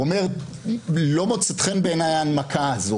הוא אומר: לא מוצאת חן בעיניי ההנמקה הזאת.